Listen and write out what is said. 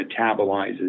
metabolizes